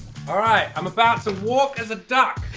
all right. i'm about to walk as a duck